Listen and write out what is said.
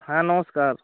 হ্যাঁ নমস্কার